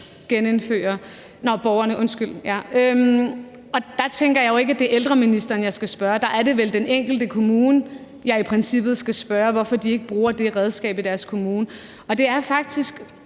ja, undskyld. Der tænker jeg jo ikke at det er ældreministeren jeg skal spørge. Der er det vel den enkelte kommune, jeg i princippet skal spørge, hvorfor de ikke bruger det redskab i deres kommune. Det er faktisk